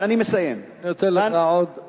אני נותן לך עוד דקה.